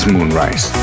Moonrise